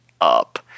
up